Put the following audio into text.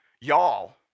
Y'all